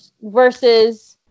versus